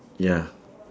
ya